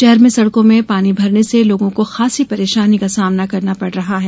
शहर में सड़कों में पानी भरने से लोगों को खासी परेशानी का सामना करना पड़ रहा है